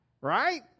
right